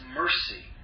mercy